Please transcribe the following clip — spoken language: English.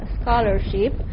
scholarship